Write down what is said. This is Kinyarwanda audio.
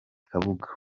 kabuga